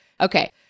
Okay